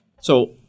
So-